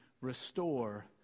restore